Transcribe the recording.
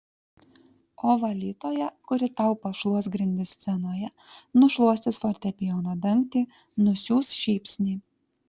o valytoja kuri tau pašluos grindis scenoje nušluostys fortepijono dangtį nusiųs šypsnį